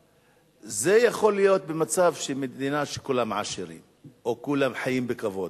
זה יכול להיות במצב של מדינה שבה כולם עשירים או כולם חיים בכבוד,